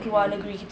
mm